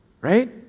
right